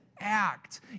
act